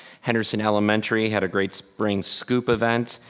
henderson elementary had a great spring scoop event.